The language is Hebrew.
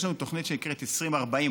יש לנו תוכנית שנקראת 2040,